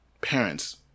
parents